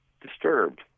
disturbed